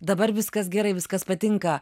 dabar viskas gerai viskas patinka